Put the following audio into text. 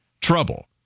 trouble